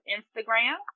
Instagram